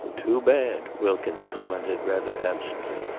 too bad, wilkins commented rather absently.